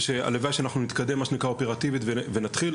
והלוואי שאנחנו נתקדם אופרטיבית מה שנקרא ונתחיל,